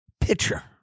Pitcher